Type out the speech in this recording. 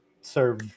serve